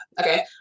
Okay